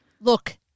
Look